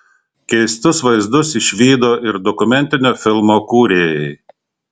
keistus vaizdus išvydo ir dokumentinio filmo kūrėjai